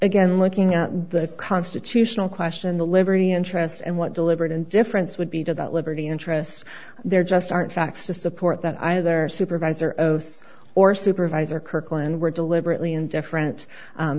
again looking at the constitutional question the liberty interests and what deliberate indifference would be to that liberty interests there just aren't facts to support that either supervisor of or supervisor kirkland were deliberately indifferent